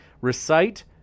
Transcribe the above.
Recite